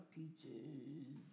peaches